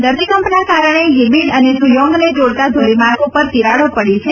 ધરતીકંપના કારણે યીબીન અને ઝુયોંગને જોડતા ધોરીમાર્ગ ઉપર તીરાડો પડી છે